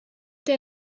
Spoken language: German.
der